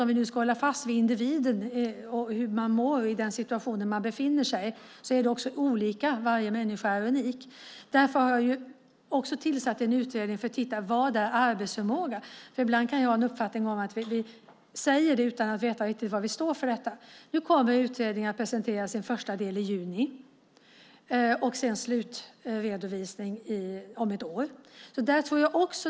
Om vi nu ska hålla fast vid individen, hur man mår i den situation man befinner sig i, är det olika - varje människa är unik. Därför har jag tillsatt en utredning som ska titta på vad arbetsförmåga är. Ibland kan jag ha uppfattningen att vi säger det utan att veta riktigt vad vi menar med detta. Arbetsförmågeutredningen kommer att presentera sin första del i juni och slutredovisningen om ett år.